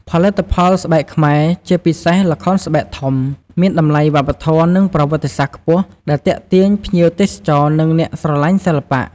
ផលិតផលស្បែកខ្មែរ ជាពិសេសល្ខោនស្បែកធំ មានតម្លៃវប្បធម៌ និងប្រវត្តិសាស្ត្រខ្ពស់ ដែលទាក់ទាញភ្ញៀវទេសចរ និងអ្នកស្រឡាញ់សិល្បៈ។